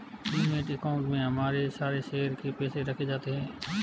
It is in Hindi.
डिमैट अकाउंट में हमारे सारे शेयर के पैसे रखे जाते हैं